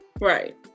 Right